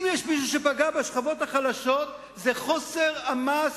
אם יש משהו שפגע בשכבות החלשות זה חוסר המעש